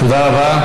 תודה רבה.